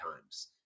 times